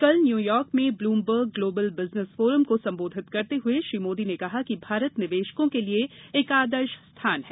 कल न्यूयार्क में Bloomberg global business forum को संबोधित करते हुए श्री मोदी ने कहा कि भारत निवेशकों के लिए एक आदर्श स्थान है